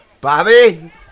Bobby